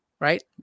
right